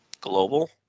Global